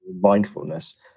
mindfulness